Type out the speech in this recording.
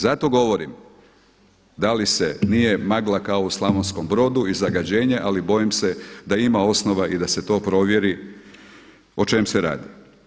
Zato govorim da li se nije magla kao u Slavonskom Brodu i zagađenje ali bojim se da ima osnova i da se to provjeri o čem se radi.